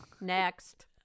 Next